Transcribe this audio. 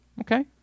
Okay